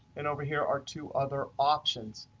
and over here are two other options.